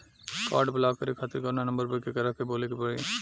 Card block करे खातिर कवना नंबर पर केकरा के बोले के परी?